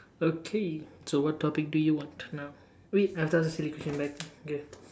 okay so what topic do you want now wait I've to ask the silly question back okay